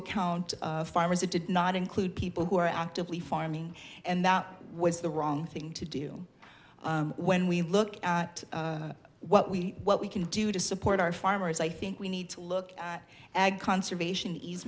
account farmers that did not include people who are actively farming and that was the wrong thing to do when we look at what we what we can do to support our farmers i think we need to look at ag conservation ease